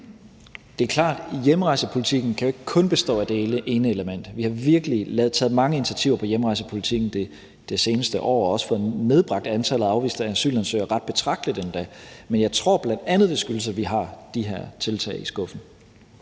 Det er jo klart, at hjemrejsepolitikken ikke kun kan bestå af det ene element, og vi har virkelig taget mange initiativer på hjemrejsepolitikken det seneste år og også fået nedbragt antallet af afviste asylansøgere endda ret betragteligt. Men jeg tror, det bl.a. skyldes, at vi har de her tiltag i skuffen.